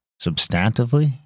Substantively